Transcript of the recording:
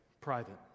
private